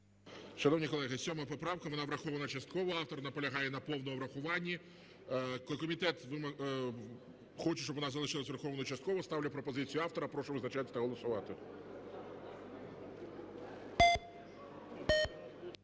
Шановні колеги, 7 поправка. Вона врахована частково. Автор наполягає на повному врахуванні. Комітет хоче, щоб вона залишилась врахованою частково. Ставлю пропозицію автора. Прошу визначатись та голосувати.